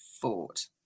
fought